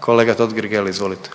Kolega Totgergeli izvolite.